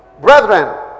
brethren